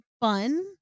fun